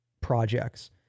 projects